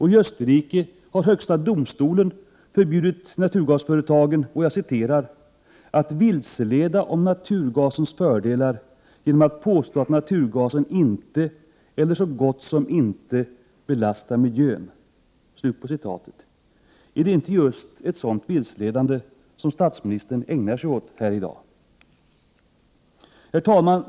I Österrike har högsta domstolen förbjudit naturgasföretagen ”att vilseleda om naturgasens fördelar genom att påstå att naturgasen inte, eller så gott som inte, belastar miljön”. Är det inte just ett sådant vilseledande som statsministern ägnar sig åt här i dag? Herr talman!